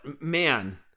man